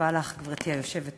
לך, גברתי היושבת-ראש,